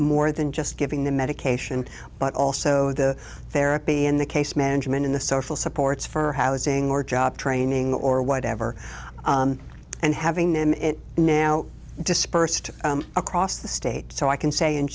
more than just giving the medication but also the therapy in the case management in the social supports for housing or job training or whatever and having them now dispersed across the state so i can say